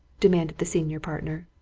demanded the senior partner.